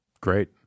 Great